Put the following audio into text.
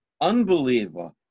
unbeliever